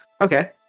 Okay